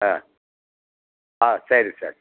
ಹಾಂ ಹಾಂ ಸರಿ ಸರ್